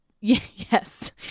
yes